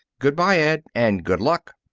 good-by, ed. and good luck.